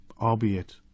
albeit